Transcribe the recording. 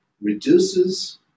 reduces